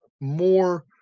more